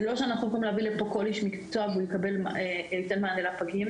זה לא שאנחנו יכולים להביא לפה כל איש מקצוע והוא ייתן מענה לפגים,